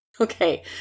Okay